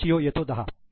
ratio येतो 10